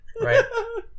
Right